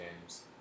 games